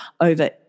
over